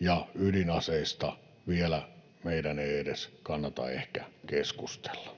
ja ydinaseista meidän ei vielä edes kannata ehkä keskustella.